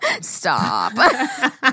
Stop